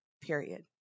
period